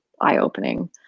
eye-opening